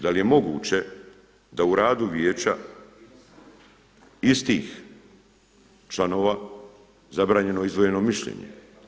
Da li je moguće da u radu vijeća istih članova zabranjeno izdvojeno mišljenje.